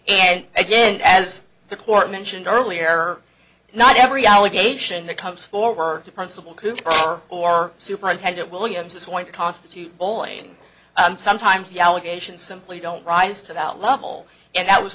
and again as the court mentioned earlier not every allegation that comes forward to principal cooper or superintendent williams is going to constitute bowling sometimes the allegations simply don't rise to that level and that was